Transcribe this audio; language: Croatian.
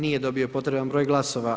Nije dobio potreban broj glasova.